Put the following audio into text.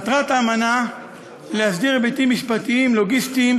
מטרת האמנות היא להסדיר היבטים משפטיים ולוגיסטיים